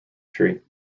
tree